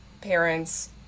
parents